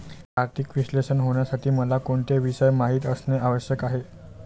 आर्थिक विश्लेषक होण्यासाठी मला कोणते विषय माहित असणे आवश्यक आहे?